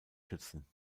schützen